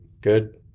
good